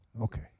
Okay